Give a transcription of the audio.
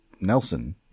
Nelson